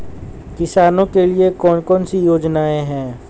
किसानों के लिए कौन कौन सी योजनाएं हैं?